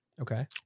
okay